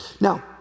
Now